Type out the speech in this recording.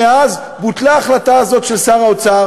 מאז בוטלה ההחלטה הזאת של שר האוצר